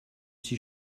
sie